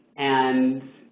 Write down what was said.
and,